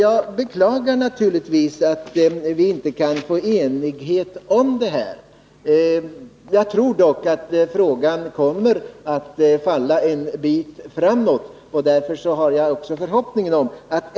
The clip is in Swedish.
Jag beklagar naturligtvis att vi inte kan uppnå enighet om detta. Jag tror dock att frågan kommer att falla framåt.